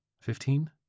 Fifteen